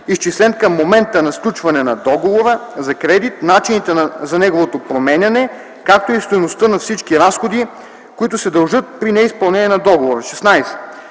изчислен към момента на сключване на договора за кредит, начините за неговото променяне, както и стойността на всички разходи, които се дължат при неизпълнение на договора;